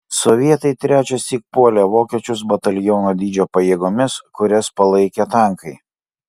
sovietai trečiąsyk puolė vokiečius bataliono dydžio pajėgomis kurias palaikė tankai